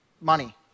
money